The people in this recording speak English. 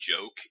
joke